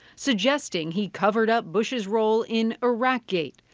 suggesting he covered up bush's role in iraq-gate,